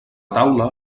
taula